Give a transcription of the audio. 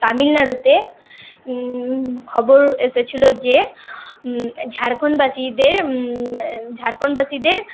তামিলনাড়ুতে খবর এসেছিল যে ঝাড়খণ্ডবাসীদের ঝাড়খণ্ডবাসীদের